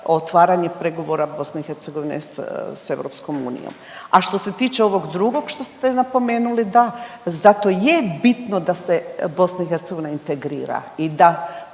za otvaranje pregovora BiH sa EU. A što se tiče ovog drugog što ste napomenuli, da zato je bitno da se BiH integrira i da